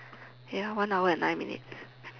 ya one hour and nine minutes